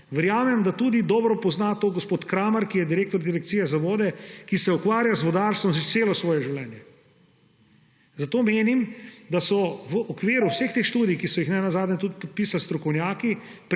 Verjamem, da tudi dobro pozna to gospod Kramer, ki je direktor Direkcije za vode, ki se ukvarja z vodarstvom že celo svoje življenje. Zato menim, da so v okviru vseh teh študij, ki so jih nenazadnje tudi podpisali strokovnjaki,